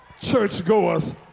churchgoers